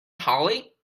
hollie